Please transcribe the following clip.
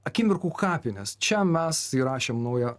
akimirkų kapinės čia mes įrašėm naują